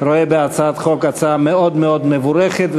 רואה בהצעת החוק הצעה מאוד מאוד מבורכת,